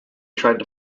tried